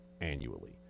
annually